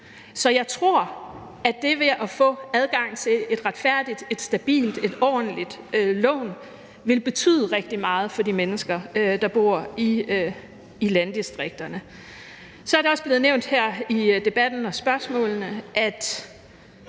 Så jeg tror, at det at få adgang til et retfærdigt, stabilt og ordentligt lån vil betyde rigtig meget for de mennesker, der bor i landdistrikterne. Så er det også blevet nævnt her i debatten og spørgsmålene, at